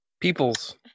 Peoples